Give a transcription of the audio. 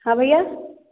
हाँ भैया